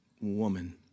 woman